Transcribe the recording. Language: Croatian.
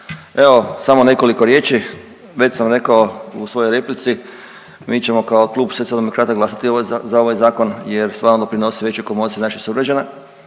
evo samo nekoliko riječi već sam rekao u svojoj replici mi ćemo kao Klub Socijaldemokrata glasati za ovaj zakon jer stvarno pridonosi većoj komociji naših sugrađana